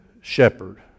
shepherd